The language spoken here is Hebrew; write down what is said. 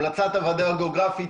המלצה הוועדה הגיאוגרפית,